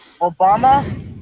Obama